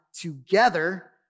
together